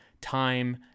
time